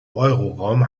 euroraum